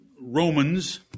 Romans